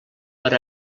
per